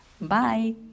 bye